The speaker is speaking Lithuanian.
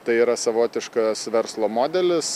tai yra savotiškas verslo modelis